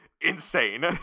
insane